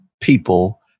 people